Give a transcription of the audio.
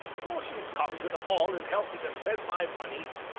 won't you come to the hall and help me to spend my money?